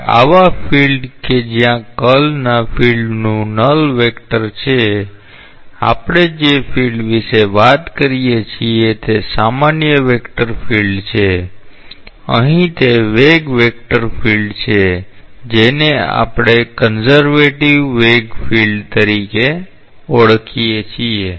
હવે આવા ફિલ્ડ કે જ્યાં કર્લના ફિલ્ડનું નલ વેક્ટર છે આપણે જે ફિલ્ડ વિશે વાત કરીએ છીએ તે સામાન્ય વેક્ટર ફિલ્ડ છે અહીં તે વેગ વેક્ટર ફિલ્ડ છે જેને આપણે કન્ઝર્વેટિવ વેગ ફિલ્ડ તરીકે ઓળખીએ છીએ